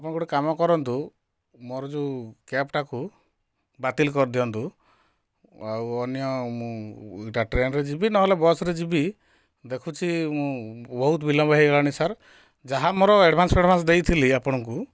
ଆପଣ ଗୋଟେ କାମ କରନ୍ତୁ ମୋର ଯେଉଁ କ୍ୟାବଟାକୁ ବାତିଲ କରିଦିଅନ୍ତୁ ଆଉ ଅନ୍ୟ ମୁଁ ଟ୍ରେନରେ ଯିବି ନହେଲେ ବସରେ ଯିବି ଦେଖୁଛି ମୁଁ ବହୁତ ବିଳମ୍ବ ହେଇଗଲାଣି ସାର୍ ଯାହା ମୋର ଏଡ଼ଭାନ୍ସ ଫାଡ଼୍ଭାନ୍ସ ଦେଇଥିଲି ଆପଣଙ୍କୁ